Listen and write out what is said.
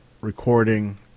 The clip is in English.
recording